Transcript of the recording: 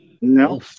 no